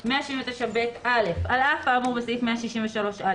179ב. (א)על אף האמור בסעיף 163(א),